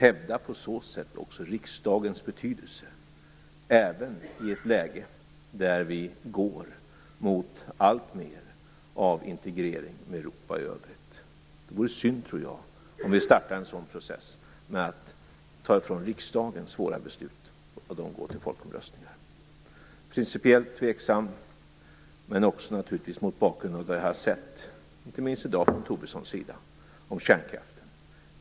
På så sätt hävdar vi också riksdagens betydelse även i ett läge där vi går mot alltmer av integrering med Europa i övrigt. Jag tror att det vore synd om vi startar en process som tar ifrån riksdagen svåra beslut och låter dem gå till folkomröstningar. Jag är principiellt tveksam, men även tveksam mot bakgrund av vad jag har sett, inte minst i dag från Lars Tobissons sida när det gäller kärnkraften.